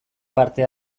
parte